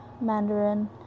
Mandarin